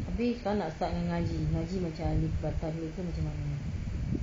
abeh kalau nak start ngaji ngaji macam alif ba ta ke macam mana